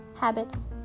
habits